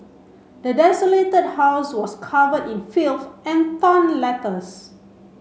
the desolated house was cover in filth and torn letters